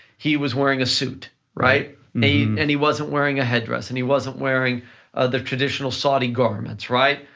he was wearing a suit, right? i mean and he wasn't wearing a headdress and he wasn't wearing the traditional saudi garments, right?